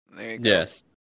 yes